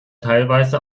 teilweise